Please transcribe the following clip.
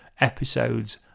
episodes